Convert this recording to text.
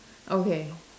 okay